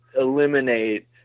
eliminate